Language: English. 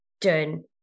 done